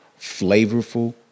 flavorful